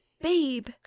babe